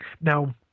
Now